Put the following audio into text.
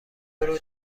یورو